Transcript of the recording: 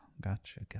gotcha